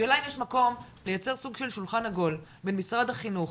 השאלה אם יש מקום לייצר סוג של שולחן עגול ביו משרד החינוך,